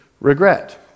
Regret